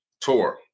tour